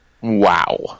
Wow